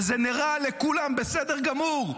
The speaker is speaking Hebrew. וזה נראה לכולם בסדר גמור,